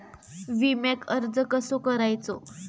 विम्याक अर्ज कसो करायचो?